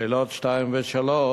לשאלות 2 ו-3,